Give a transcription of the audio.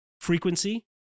frequency